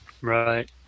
Right